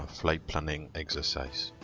flight planning exercise.